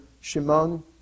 Shimon